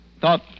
thought